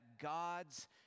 God's